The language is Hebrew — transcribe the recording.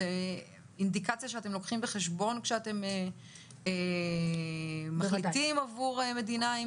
זאת אינדיקציה שאתם לוקחים בחשבון כשאתם מחליטים עבור מדינה?